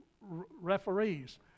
referees